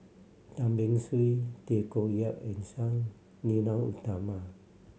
Tan Beng Swee Tay Koh Yat and Sang Nila Utama